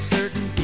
certain